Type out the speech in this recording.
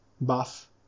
buff